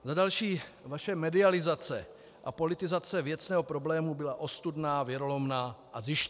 Za další vaše medializace a politizace věcného problému byla ostudná, věrolomná a zištná.